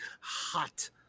Hot